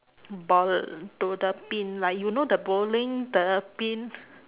ball to the pin like you know the bowling the pin